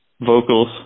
vocals